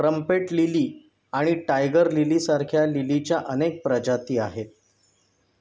trumpet lily आणि tiger लिलीसारख्या लिलीच्या अनेक प्रजाती आहेत